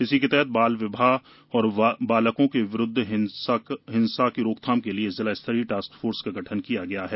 इसी के तहत बाल विवाह और बालकों के विरुद्ध हिंसा की रोकथाम के लिये जिला स्तरीय टास्कफोर्स का गठन किया गया है